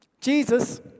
Jesus